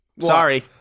Sorry